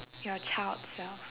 your child self